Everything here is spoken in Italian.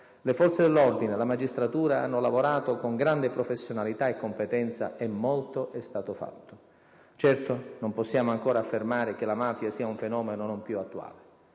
le forze dell'ordine, la magistratura hanno lavorato con grande professionalità e competenza e molto è stato fatto. Certo, non possiamo ancora affermare che la mafia sia un fenomeno non più attuale.